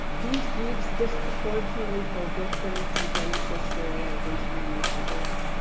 these groups disproportionately fell victim to eugenicist sterilization initiatives.